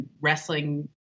wrestling